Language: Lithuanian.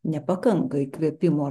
nepakanka įkvėpimo